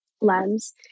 lens